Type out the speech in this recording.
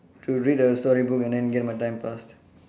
to read a story book and then get my time passed